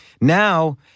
Now